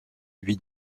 lui